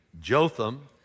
Jotham